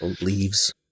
Leaves